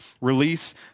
release